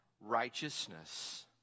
righteousness